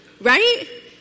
right